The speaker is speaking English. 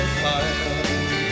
fire